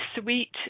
sweet